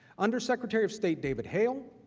under secretary of state david hale,